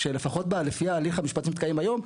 לפחות לפי ההליך המשפטי שמתקיים היום,